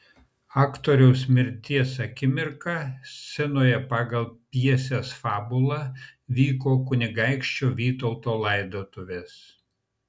aktoriaus mirties akimirką scenoje pagal pjesės fabulą vyko kunigaikščio vytauto laidotuvės